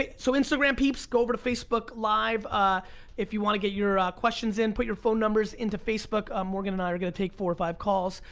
yeah so instagram peeps, go over to facebook live if you wanna get your questions in. put your phone numbers into facebook. ah morgan and i are gonna take four or five calls,